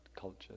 culture